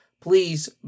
please